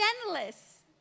endless